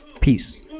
peace